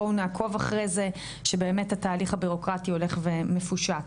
נעקוב אחרי זה שבאמת התהליך הבירוקרטי הולך ומפושט.